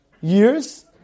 years